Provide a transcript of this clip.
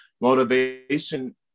motivation